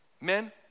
men